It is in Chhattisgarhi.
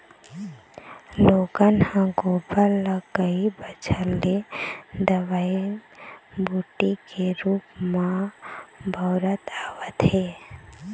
लोगन ह गोबर ल कई बच्छर ले दवई बूटी के रुप म बउरत आवत हे